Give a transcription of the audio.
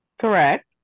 correct